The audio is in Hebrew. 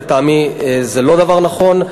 לטעמי זה לא דבר נכון.